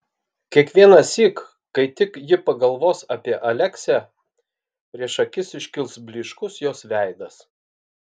kiekvienąsyk kai tik ji pagalvos apie aleksę prieš akis iškils blyškus jos veidas